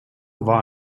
war